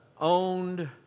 owned